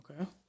Okay